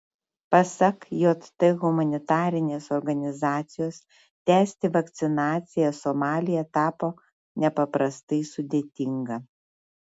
pasak jt humanitarinės organizacijos tęsti vakcinaciją somalyje tapo nepaprastai sudėtinga